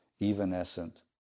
evanescent